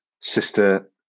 Sister